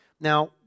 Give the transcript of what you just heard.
Now